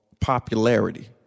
popularity